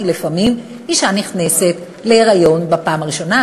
כי לפעמים אישה נכנסת להיריון בפעם הראשונה,